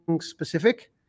specific